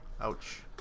Ouch